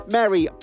Mary